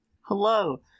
Hello